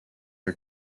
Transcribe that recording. are